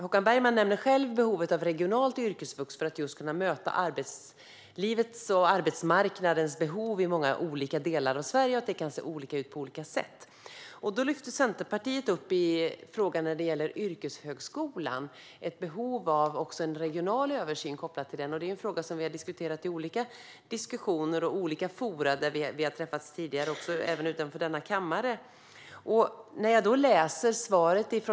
Håkan Bergman nämner behovet av regionalt yrkesvux, just för att kunna möta arbetslivets och arbetsmarknadens behov i många olika delar av Sverige och att det kan se ut på olika sätt. När det gäller yrkeshögskolan lyfter Centerpartiet upp ett behov av regional översyn. Det är en fråga som vi har diskuterat i olika forum där vi har träffats tidigare, även utanför denna kammare.